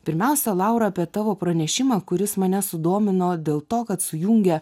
pirmiausia laura apie tavo pranešimą kuris mane sudomino dėl to kad sujungia